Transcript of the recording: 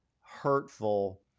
hurtful